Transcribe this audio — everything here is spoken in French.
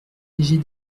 léger